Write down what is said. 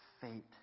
fate